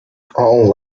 all